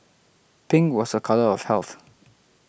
pink was a colour of health